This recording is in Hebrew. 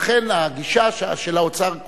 לכן הגישה של האוצר,